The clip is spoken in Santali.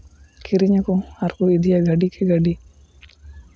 ᱠᱤᱨᱤᱧ ᱟᱠᱚ ᱟᱨᱠᱚ ᱤᱫᱤᱭᱟ ᱜᱟᱹᱰᱤ ᱠᱮ ᱜᱟᱹᱰᱤ